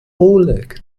oleg